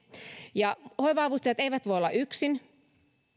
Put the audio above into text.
ja hoiva avustajat eivät voi olla yksin